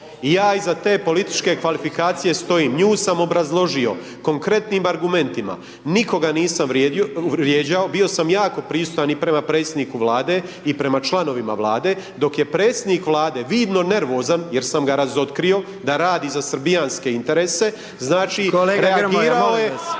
ja iza te političke kvalifikacije stojim, nju sam obrazložio konkretnim argumentima, nikoga nisam vrijedio, vrijeđao, bio sam jako pristojan i prema predsjedniku Vlade i prema članovima Vlade, dok je predsjednik Vlade vidno nervozan, jer sam ga razotkrio da radi za srbijanske interese, znači …/Upadica: